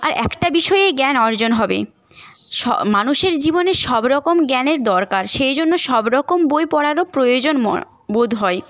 আর একটা বিষয়েই জ্ঞান অর্জন হবে মানুষের জীবনে সবরকম জ্ঞানের দরকার সেই জন্য সবরকম বই পড়ারও প্রয়োজন বোধ হয়